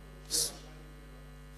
מגרשים כאלה עם אשרות, או שהאשרה נגמרה?